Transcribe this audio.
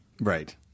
Right